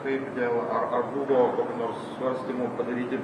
kaip dėl ar buvo kokių nors svarstymų padaryti